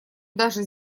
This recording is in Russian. даже